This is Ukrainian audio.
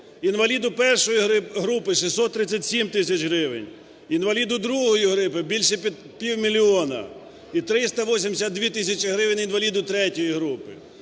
інваліду І групи – 637 тисяч гривень, інваліду ІІ групи – більше півмільйона, і 382 тисячі гривень інваліду ІІІ групи.